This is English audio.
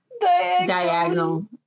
Diagonal